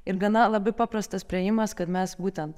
ir gana labai paprastas priėjimas kad mes būtent